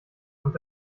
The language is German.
und